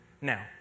now